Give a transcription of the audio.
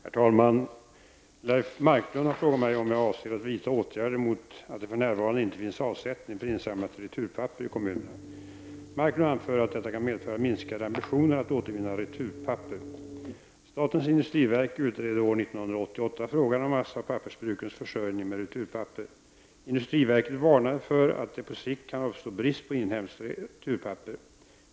Herr talman! Leif Marklund har frågat mig om jag avser att vidta åtgärder mot att det för närvarande inte finns avsättning för insamlat returpapper i kommunerna. Marklund anför att detta kan medföra minskade ambitioner att återvinna returpapper. Statens industriverk utredde år 1988 frågan om massaoch pappersbrukens försörjning med returpapper. Industriverket varnade för att det på sikt kan uppstå brist på inhemskt returpapper.